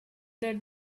that